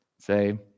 say